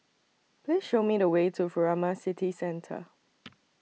Please Show Me The Way to Furama City Centre